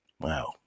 wow